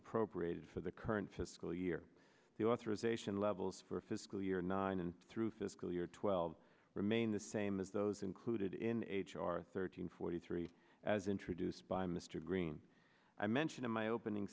appropriated for the current fiscal year the authorization levels for fiscal year nine and through fiscal year twelve remain the same as those included in h r thirteen forty three as introduced by mr green i mentioned in my opening